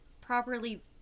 properly